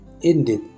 Indeed